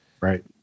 Right